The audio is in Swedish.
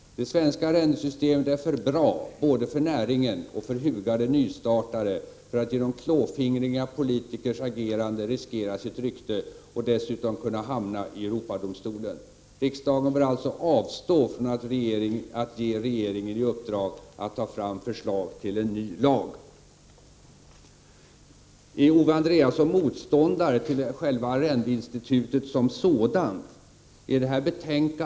Det svenska arrendesystemet är för bra både för näringen och för hugade nystartare för att genom klåfingriga politikers agerande riskera sitt rykte och dessutom kunna hamna i Europadomstolen. Riksdagen bör alltså avstå från att ge regeringen i uppdrag att ta fram förslag till en ny lag.” Är Owe Andréasson motståndare till själva arrendeinstitutet som sådant?